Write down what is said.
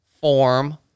form